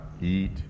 eat